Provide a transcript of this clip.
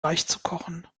weichzukochen